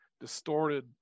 distorted